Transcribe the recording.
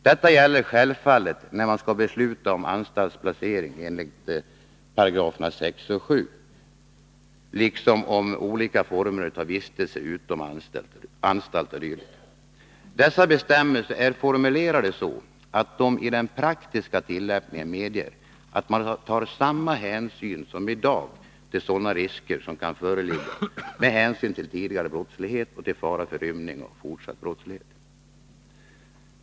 Detta gäller självfallet när man skall besluta om anstaltsplacering enligt 6 § och 7 § andra stycket liksom om olika former av vistelse utom anstalt o.d. Dessa bestämmelser är formulerade så att de i den praktiska tillämpningen medger att man tar samma hänsyn som i dag till sådana risker som kan föreligga med hänsyn till tidigare brottslighet och till fara för rymning och fortsatt brottslighet.